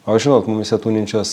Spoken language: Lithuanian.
o žinot mumyse tūninčios